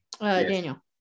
Daniel